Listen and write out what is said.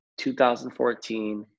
2014